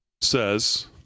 says